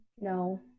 no